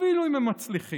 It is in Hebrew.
אפילו אם הם מצליחים,